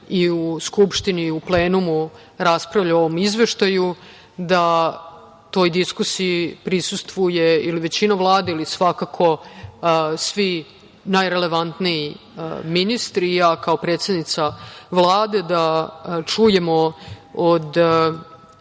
i u Skupštini i u plenumu raspravlja o ovom izveštaju, da toj diskusiji prisustvuje ili većina Vlade ili svakako svi najrelevantniji ministri i ja kao predsednica Vlade, da čujemo od